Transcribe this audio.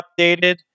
updated